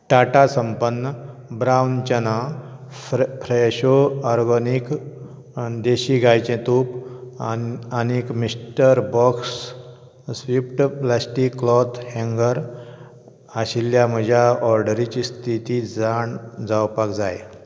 Tata Sampann brown chana Fresho organic desi गायेचें तूप आनीक mister boss swift plastic cloth हँगर आशिल्ल्या म्हज्या ऑर्डरीची स्थिती जाणा जावपाक जाय